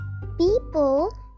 People